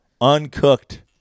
uncooked